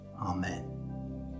amen